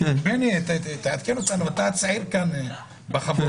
בני, תעדכן אותנו, אתה הצעיר כאן בחבורה.